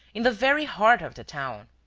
in the very heart of the town!